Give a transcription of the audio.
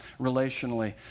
relationally